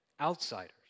outsiders